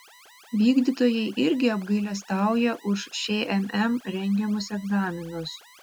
vykdytojai irgi apgailestauja už šmm rengiamus egzaminus